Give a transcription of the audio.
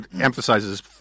emphasizes –